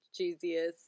cheesiest